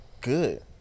good